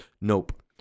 Nope